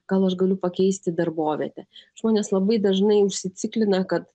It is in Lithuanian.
gal aš galiu pakeisti darbovietę žmonės labai dažnai užsiciklina kad